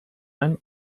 ein